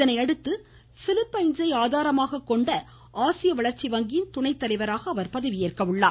இதனையடுத்து பிலிப்பின்சை ஆதாரமாக கொண்டு ஆசிய வளர்ச்சி வங்கியின் துணை தலைவராக அவர் பதவியேற்க உள்ளார்